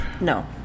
No